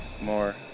more